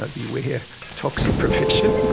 ah beware toxic profession.